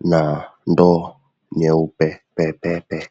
na ndoo nyeupe pe pe pe.